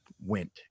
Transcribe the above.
went